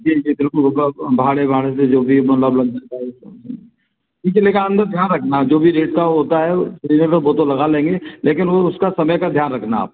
जी जी बिल्कुल होगा भाड़े वाड़े से जो भी मतलब लग सकता है ठीक है लेकिन आइंदा ध्यान रखना जो भी रेट का होता है वो तो लगा लेंगें लेकिन वो उसका समय का ध्यान रखना आप